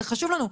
זה חשוב לנו.